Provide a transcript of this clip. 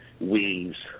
weaves